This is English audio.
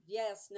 yes